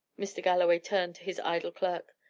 mr. galloway turned to his idle clerk.